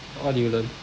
what did you learn